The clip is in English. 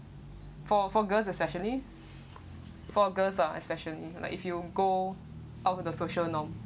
for for girls especially for girls are especially like if you go out of the social norm